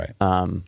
Right